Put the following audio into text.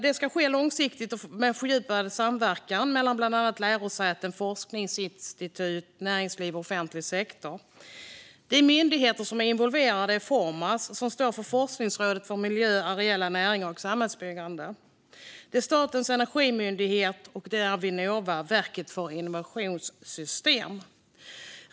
Det ska ske långsiktigt och med fördjupad samverkan mellan bland annat lärosäten, forskningsinstitut, näringsliv och offentlig sektor. De myndigheter som är involverade är Formas, som står för Forskningsrådet för miljö, areella näringar och samhällsbyggande, Energimyndigheten och Vinnova, Verket för innovationssystem.